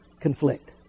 conflict